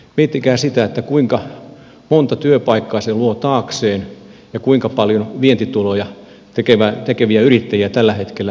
miettikää sitä kuinka monta työpaikkaa se luo taakseen ja kuinka paljon vientituloja tekeviä yrittäjiä ja yrityksiä tällä hetkellä on